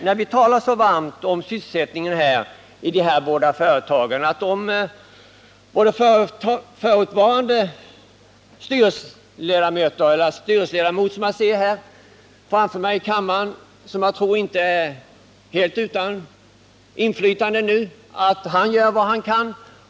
När vi talar så varmt om sysselsättningen i de här företagen hoppas jag att vår förutvarande styrelseledamot i Södra förbundet, som jag ser framför mig här i kammaren och som jag tror inte helt saknar inflytande ännu, gör vad han kan.